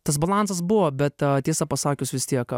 tas balansas buvo bet tiesą pasakius vis tiek